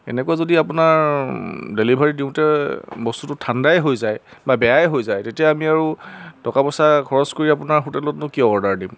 এনেকুৱা যদি আপোনাৰ ডেলিভাৰী দিওঁতে বস্তুটো ঠাণ্ডাই হৈ যায় বা বেয়াই হৈ যায় তেতিয়া আমি আৰু টকা পইচা খৰচ কৰি আপোনাৰ হোটেলতনো কিয় অৰ্ডাৰ দিম